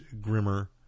grimmer